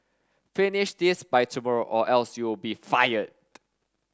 finish this by tomorrow or else you'll be fired